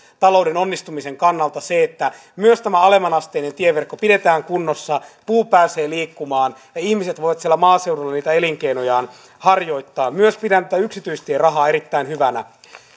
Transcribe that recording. talouden onnistumisen kannalta se että myös tämä alemmanasteinen tieverkko pidetään kunnossa puu pääsee liikkumaan ja ihmiset voivat siellä maaseudulla niitä elinkeinojaan harjoittaa myös pidän tätä yksityistierahaa erittäin hyvänä